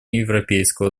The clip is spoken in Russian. европейского